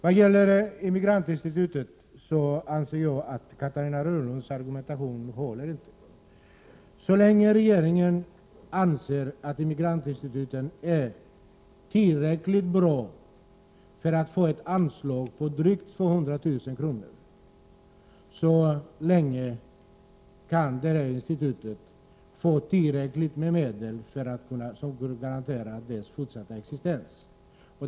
Vad beträffar Immigrantinstitutet anser jag att Catarina Rönnungs argumentation inte håller. Så länge regeringen anser att Immigrantinstitutet är tillräckligt bra för att få ett anslag på drygt 200 000 kr. kan institutet få tillräckligt med medel för att garantera sin fortsatta existens.